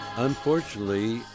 Unfortunately